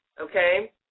okay